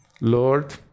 Lord